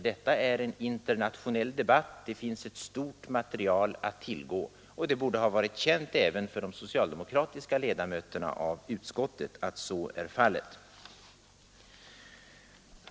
Detta är en internationell debatt, det finns ett stort material att tillgå, och det borde ha varit känt även för de socialdemokratiska ledamöterna av utskottet att så är fallet.